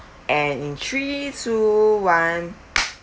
and three two one